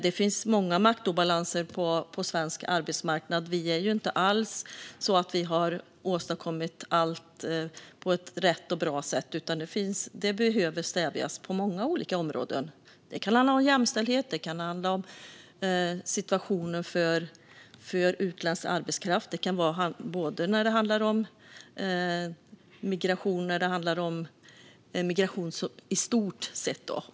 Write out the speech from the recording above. Det finns många maktobalanser på svensk arbetsmarknad; det är inte alls så att vi har åstadkommit allt på ett rätt och bra sätt, utan det behöver stävjas på många olika områden. Det kan handla om jämställdhet. Det kan handla om situationen för utländsk arbetskraft. Det kan handla om migration i stort.